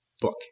book